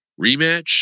rematch